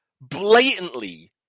blatantly